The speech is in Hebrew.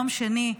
יום שני,